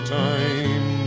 time